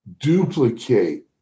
duplicate